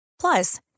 Plus